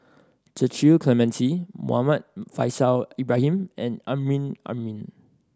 Cecil Clementi Muhammad Faishal Ibrahim and Amrin Amin